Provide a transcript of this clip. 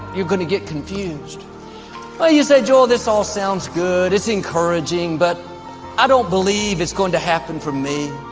you're going to get confused but you say joel this all sounds good. it's encouraging but i don't believe it's going to happen for me.